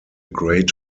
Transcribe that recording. great